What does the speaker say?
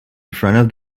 front